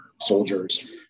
soldiers